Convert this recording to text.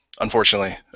unfortunately